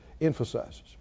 emphasizes